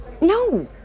No